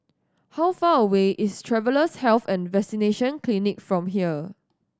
how far away is Travellers' Health and Vaccination Clinic from here